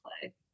play